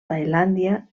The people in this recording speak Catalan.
tailàndia